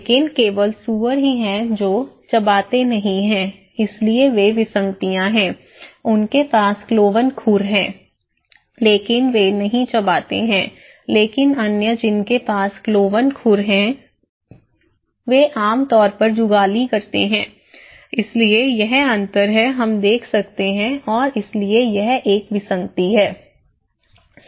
लेकिन केवल सुअर ही है जो चबाते नहीं हैं इसीलिए वे विसंगतियाँ हैं उनके पास क्लोवन खुर हैं लेकिन वे नहीं चबाते हैं लेकिन अन्य जिनके पास क्लोवन खुर हैं वे आम तौर पर जुगाली करते हैं इसलिए यह अंतर है हम देख सकते हैं और इसीलिए यह एक विसंगति है